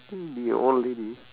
I think the old lady